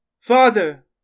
father